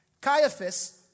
Caiaphas